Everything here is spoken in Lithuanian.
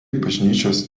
bažnyčios